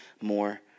more